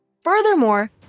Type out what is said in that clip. Furthermore